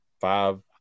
five